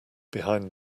behind